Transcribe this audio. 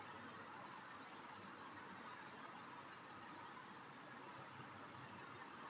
dairy गायें अधिकांश Bos taurus प्रजाति की होती हैं